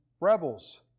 rebels